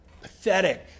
Pathetic